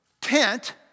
tent